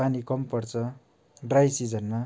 पानी कम पर्छ ड्राई सिजनमा